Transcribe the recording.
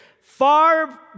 far